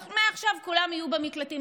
אז מעכשיו כולם יהיו במקלטים,